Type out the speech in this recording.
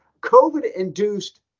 COVID-induced